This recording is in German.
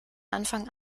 anfang